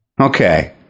Okay